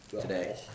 today